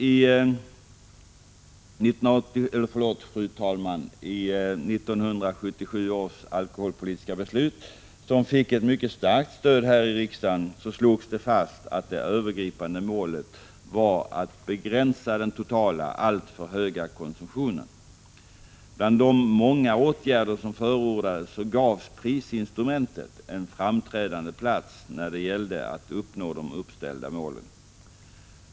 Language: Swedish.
I 1977 års alkoholpolitiska beslut — som fick ett mycket starkt stöd i riksdagen — slogs fast att det övergripande målet var att ”begränsa den totala, alltför höga alkoholkonsumtionen”. Bland de många åtgärder som förordades gavs prisinstrumentet en framträdande plats när det gällde att uppnå de uppställda målen.